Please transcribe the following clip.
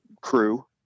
crew